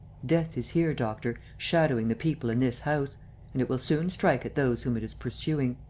death is here, doctor, shadowing the people in this house and it will soon strike at those whom it is pursuing.